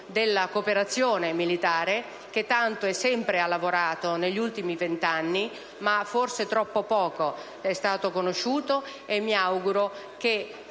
Grazie,